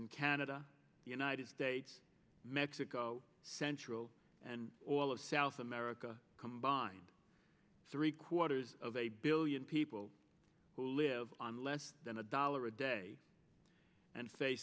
in canada the united states mexico central and all of south america combined three quarters of a billion people who live on less than a dollar a day and